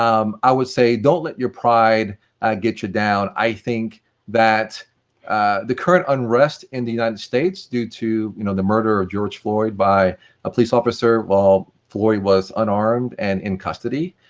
um i would say don't let your pride get you down, i think that the current unrest in the united states due to you know the murder of george floyd by a police officer while floyd was unarmed, and in custody,